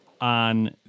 on